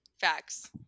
Facts